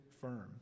firm